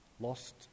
lost